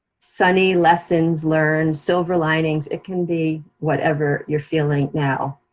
sunny lessons learned, silver linings, it can be whatever you're feeling now,